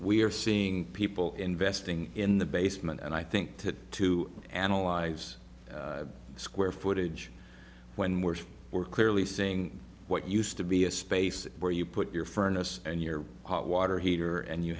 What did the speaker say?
are seeing people investing in the basement and i think that to analyze square footage when we're we're clearly seeing what used to be a space where you put your furnace and your hot water heater and you